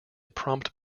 prompt